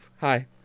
Hi